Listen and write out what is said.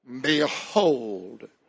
Behold